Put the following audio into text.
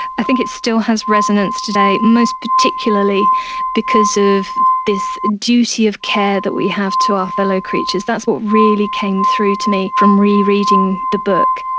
i think it still has resonance today, most particularly because of this duty of care that we have to our fellow creatures. that's what really came through to me from rereading the book.